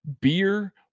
beer